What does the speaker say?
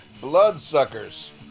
Bloodsuckers